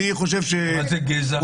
מה זה גזע?